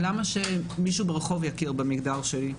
למה שמישהו ברחוב יכיר במגדר שלי?